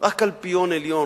רק האלפיון העליון,